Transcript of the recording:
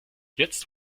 jetzt